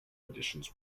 additions